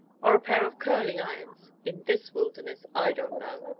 or a pair of curling-irons in this wilderness, i don't know.